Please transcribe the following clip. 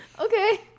Okay